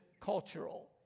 cultural